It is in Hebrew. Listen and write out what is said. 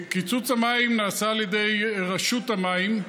קיצוץ המים נעשה על ידי רשות המים,